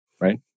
right